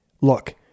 Look